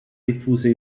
diffuse